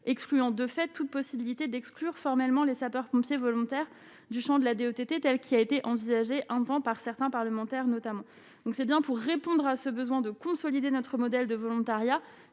excluant de fait toute possibilité d'exclure formellement les sapeurs-pompiers volontaires du Champ de la déroute était telle qu'il a été envisagé avant par certains parlementaires, notamment donc c'est bien pour répondre à ce besoin de consolider notre modèle de volontariat,